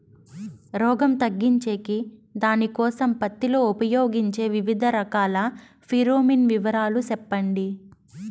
రోగం తగ్గించేకి దానికోసం పత్తి లో ఉపయోగించే వివిధ రకాల ఫిరోమిన్ వివరాలు సెప్పండి